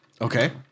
Okay